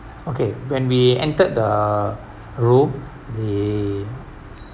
okay when we entered the room the